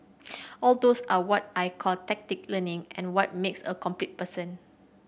all those are what I call tacit learning and what makes a complete person